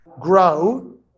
grow